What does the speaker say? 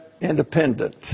independent